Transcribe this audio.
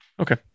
Okay